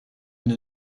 elle